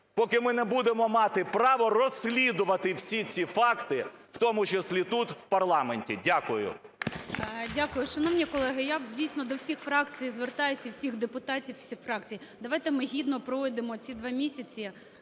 поки ми не будемо мати право розслідувати всі ці факти, в тому числі тут в парламенті. Дякую. ГОЛОВУЮЧИЙ. Дякую. Шановні колеги, я, дійсно, до всіх фракцій звертаюся і всіх депутатів всіх фракцій. Давайте ми гідно проведемо ці два місці